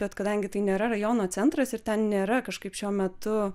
bet kadangi tai nėra rajono centras ir ten nėra kažkaip šiuo metu